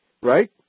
right